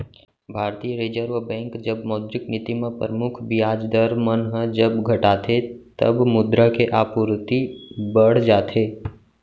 भारतीय reserve bank जब मौद्रिक नीति म परमुख बियाज दर मन ह जब घटाथे तब मुद्रा के आपूरति बड़ जाथे